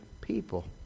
people